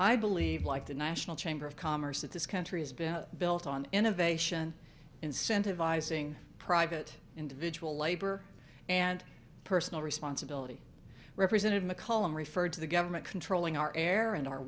i believe like the national chamber of commerce that this country has been built on innovation incentivizing private individual labor and personal responsibility represented mccollum referred to the government controlling our air and our